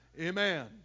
Amen